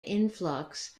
influx